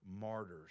martyrs